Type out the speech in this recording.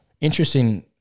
interesting